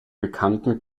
bekannten